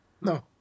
No